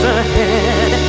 ahead